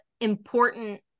important